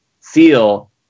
feel